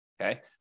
okay